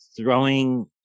throwing